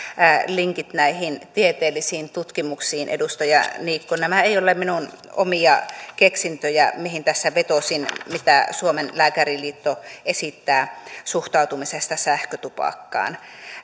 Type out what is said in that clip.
linkit näihin tieteellisiin tutkimuksiin edustaja niikko nämä eivät ole minun omia keksintöjäni mihin tässä vetosin siinä mitä suomen lääkäriliitto esittää suhtautumisesta sähkötupakkaan